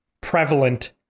prevalent